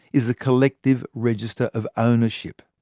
is the collective register of ownership.